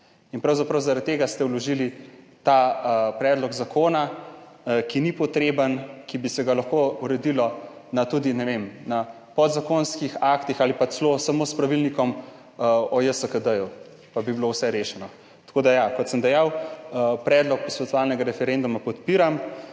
in pravzaprav ste zaradi tega vložili ta predlog zakona, ki ni potreben, ki bi se ga lahko uredilo tudi s podzakonskimi akti ali pa celo samo s pravilnikom o JSKD in bi bilo vse rešeno. Kot sem dejal, predlog posvetovalnega referenduma podpiram,